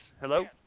hello